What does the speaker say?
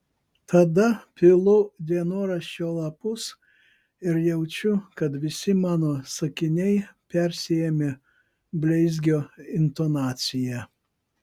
tada pilu dienoraščio lapus ir jaučiu kad visi mano sakiniai persiėmę bleizgio intonacija